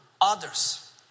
others